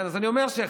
כן, אז אני אומר שחלק